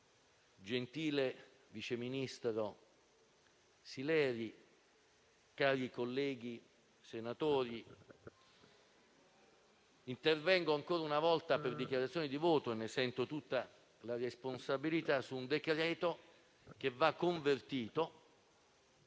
gentile sottosegretario Sileri, cari colleghi senatori, intervengo ancora una volta in dichiarazione di voto - ne sento tutta la responsabilità - su un decreto che va convertito